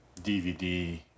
DVD